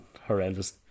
horrendous